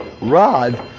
Rod